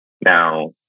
Now